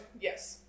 Yes